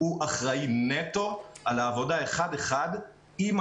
הוא אחראי נטן על העבודה עם הלומד,